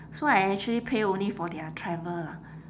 so I actually pay only for their travel lah